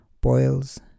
boils